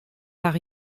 par